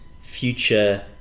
future